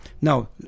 Now